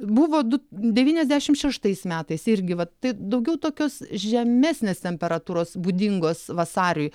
buvo du devyniasdešim šeštais metais irgi vat tai daugiau tokios žemesnės temperatūros būdingos vasariui